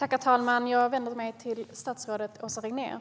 Herr talman! Jag vänder mig till statsrådet Åsa Regnér.